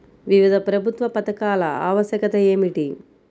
వివిధ ప్రభుత్వా పథకాల ఆవశ్యకత ఏమిటి?